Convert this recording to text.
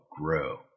grow